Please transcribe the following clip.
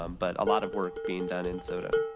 um but a lot of work being done in sodo.